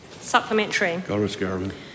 Supplementary